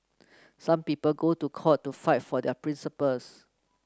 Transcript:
some people go to court to fight for their principles